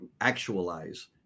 actualize